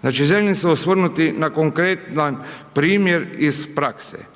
Znači, želim se osvrnuti na konkretan primjer iz prakse.